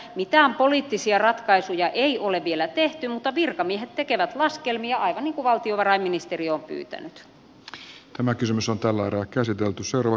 mitään poliittisia ratkaisuja ei ole vielä tehty mutta virkamiehet tekevät laskelmia aivan niin kuin valtiovarainministeriö on pyytänyt